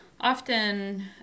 often